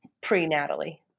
pre-Natalie